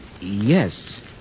yes